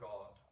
God